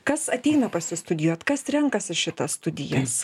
kas ateina pas jus studijuot kas renkasi šitas studijas